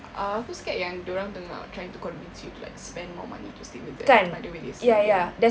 uh aku scared yang dorang tengah trying to convince you to spend more money by the way they say it